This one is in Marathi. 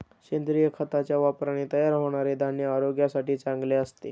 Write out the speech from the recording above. सेंद्रिय खताच्या वापराने तयार होणारे धान्य आरोग्यासाठी चांगले असते